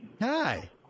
Hi